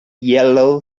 yellow